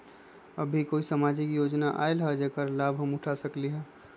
अभी कोई सामाजिक योजना आयल है जेकर लाभ हम उठा सकली ह?